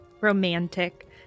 romantic